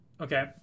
Okay